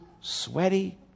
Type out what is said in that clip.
sweaty